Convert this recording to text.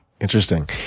Interesting